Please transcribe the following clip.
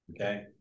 okay